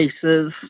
places